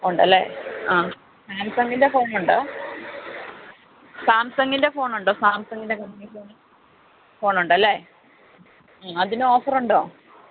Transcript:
ഉണ്ടല്ലേ ആ സാംസങ്ങിന്റെ ഫോണൊണ്ടോ സാംസങ്ങിന്റെ ഫോണൊണ്ടോ സാംസങ്ങിന്റെ കമ്പനീ ഫോണൊണ്ടല്ലേ അതിനോഫറൊണ്ടോ